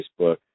Facebook